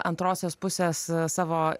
antrosios pusės savo